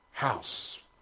House